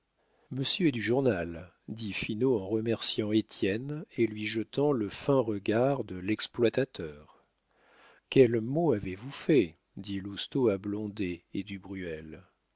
monsieur est du journal dit finot en remerciant étienne et lui jetant le fin regard de l'exploitateur quels mots avez-vous faits dit lousteau à blondet et à du